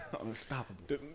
unstoppable